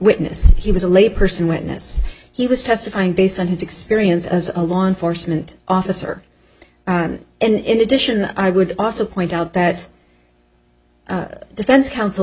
witness he was a layperson witness he was testifying based on his experience as a law enforcement officer and in addition i would also point out that defense counsel